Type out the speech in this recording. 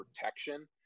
protection